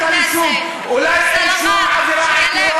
הוא לא צריך להיות חבר כנסת.